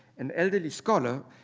an elderly scholar,